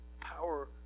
power